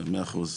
100 אחוז.